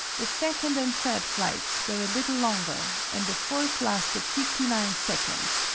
the second and third flights were a little longer, and the fourth lasted fifty nine seconds,